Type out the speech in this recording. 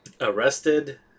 arrested